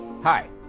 Hi